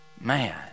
man